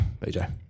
BJ